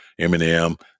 Eminem